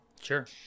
Sure